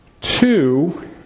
Two